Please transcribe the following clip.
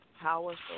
Powerful